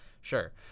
Sure